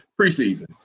preseason